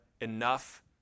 enough